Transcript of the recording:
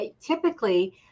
Typically